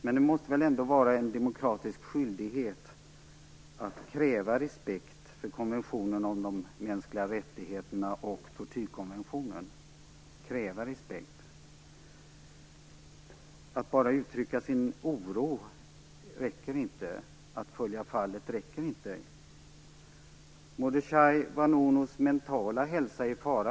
Men det måste vara en demokratisk skyldighet att verkligen kräva respekt för konventionen om de mänskliga rättigheterna och tortyrkonventionen. Att bara uttrycka sin oro räcker inte. Att följa fallet räcker inte. Mordechai Vanunus mentala hälsa är nu i fara.